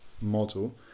model